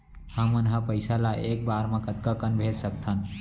हमन ह पइसा ला एक बार मा कतका कन भेज सकथन?